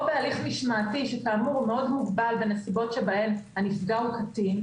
בהליך משמעתי שמאוד מוגבל בנסיבות שבהן הנפגע הוא קטין,